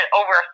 over